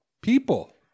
people